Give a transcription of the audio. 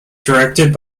directed